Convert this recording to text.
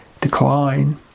decline